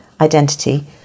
identity